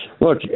Look